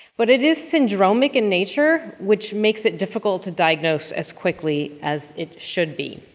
but it is syndromic in nature, which makes it difficult to diagnose as quickly as it should be.